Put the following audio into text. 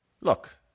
look